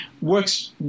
works